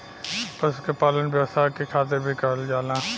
पशु के पालन व्यवसाय के खातिर भी करल जाला